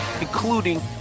Including